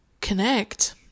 connect